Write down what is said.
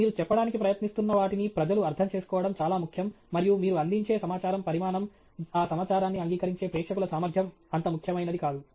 మీరు చెప్పడానికి ప్రయత్నిస్తున్న వాటిని ప్రజలు అర్థం చేసుకోవడం చాలా ముఖ్యం మరియు మీరు అందించే సమాచారం పరిమాణం ఆ సమాచారాన్ని అంగీకరించే ప్రేక్షకుల సామర్థ్యం అంత ముఖ్యమైనది కాదు